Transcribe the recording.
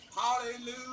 hallelujah